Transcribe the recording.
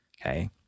Okay